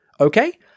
Okay